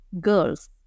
girls